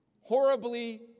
horribly